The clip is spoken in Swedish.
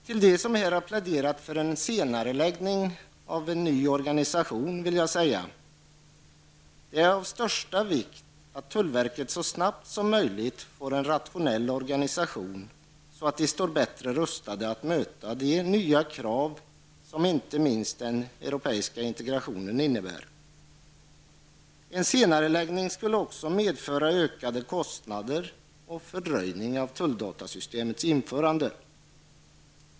Till dem som här har pläderat för en senareläggning av en ny organisation vill jag säga: Det är av största vikt att tullverket så snabbt som möjligt får en rationell organisation, så att det står bättre rustat att möta de nya krav som inte minst den europeiska integrationen innebär. En senareläggning skulle också medföra ökade kostnader och en fördröjning av tulldatasystemets införande.